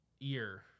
ear